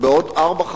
בעוד ארבע,